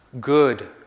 Good